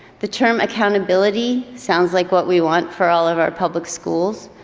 the term accountability sounds like what we want for all of our public schools,